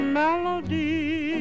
melody